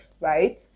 right